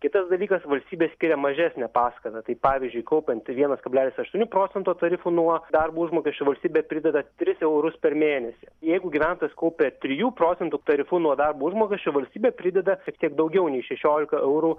kitas dalykas valstybė skiria mažesnę paskatą tai pavyzdžiui kaupiant vienas kablelis aštuoni procento tarifu nuo darbo užmokesčio valstybė prideda tris eurus per mėnesį jeigu gyventojas kaupia trijų procentų tarifu nuo darbo užmokesčio valstybė prideda šiek tiek daugiau nei šešioliką eurų